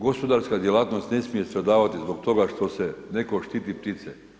Gospodarska djelatnost ne smije stradavati zbog toga što netko štiti ptice.